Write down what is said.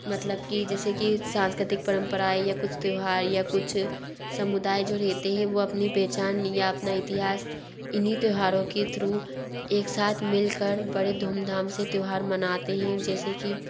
मतलब कि जैसे कि सांस्कृतिक परंपरा या कुछ त्यौहार या कुछ समुदाय जो रहते हैं वाे अपनी पहचान या अपना इतिहास इन्हीं त्यौहारों के थ्रू एक साथ मिल कर बड़े धूमधाम से त्यौहार मनाते हैं जैसे कि